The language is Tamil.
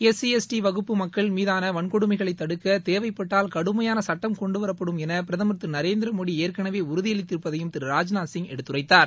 எஸ் சி எஸ் டி வகுப்பு மக்கள் மீதூன வன்கொடுமைகளைத் தடுக்க தேவைப்பட்டால் கடுமையான சட்டம் கொண்டுவரப்படும் என பிரதம் திரு நரேந்திரமோடி ஏற்கனவே உறுதியளித்திருப்பதையும் திரு ராஜ்நாத்சிங் எடுத்துரைத்தார்